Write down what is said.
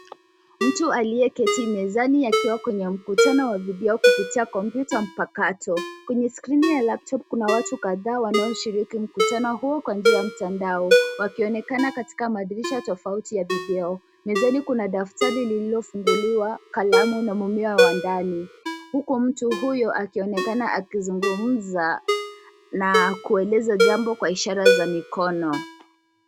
Mtu aliyeketi mezani akiwa kwenye mkutano wa video kupitia kompyuta mpakato. Kwenye skrini ya laptop kuna watu kadhaa wanaoshiriki mkutano huo kwa njia ya mtandao wakionekana katika madirisha tofauti ya video. Mezani kuna daftari lililofunguliwa, kalamu na mmea wa ndani huku mtu huyo akionekana akizungumza na kueleza jambo kwa ishara za mikono.